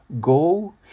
Go